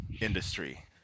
industry